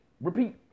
repeat